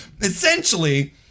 Essentially